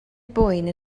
boen